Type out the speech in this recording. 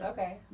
Okay